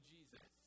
Jesus